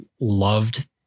loved